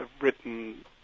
written